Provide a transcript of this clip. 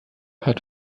hat